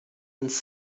yours